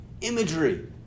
imagery